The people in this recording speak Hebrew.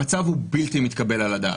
המצב הוא בלתי מתקבל על הדעת.